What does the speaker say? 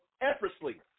effortlessly